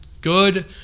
good